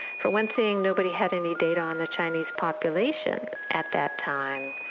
for one thing, nobody had any data on the chinese population at that time,